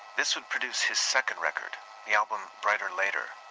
this would produce his second record, the album brighter later.